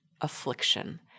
affliction